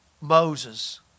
Moses